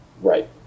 Right